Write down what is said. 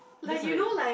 that's a valid point